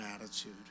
attitude